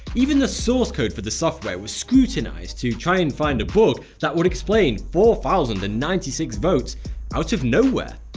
even the source code for the software was scrutinised to try and find a bug that would explain four thousand and ninety six votes out of nowhere.